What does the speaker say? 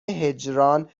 هجران